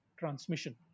transmission